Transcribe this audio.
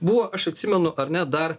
buvo aš atsimenu ar ne dar